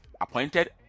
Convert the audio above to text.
appointed